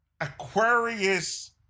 aquarius